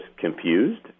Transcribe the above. confused